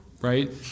right